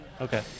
Okay